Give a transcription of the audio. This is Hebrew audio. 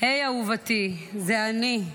"היי אהובתי, זה אני.